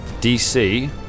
DC